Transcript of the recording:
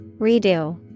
Redo